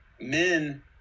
men